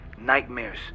nightmares